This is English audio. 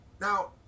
Now